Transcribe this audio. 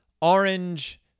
orange